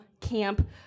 camp